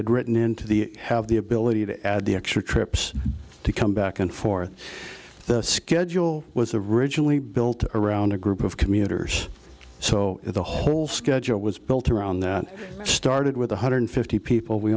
had written into the have the ability to add the extra trips to come back and forth the schedule was a ridge and we built around a group of commuters so the whole schedule was built around that started with one hundred fifty people we